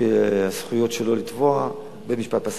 הזכות שלו לתבוע, ובית-המשפט פסק.